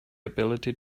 ability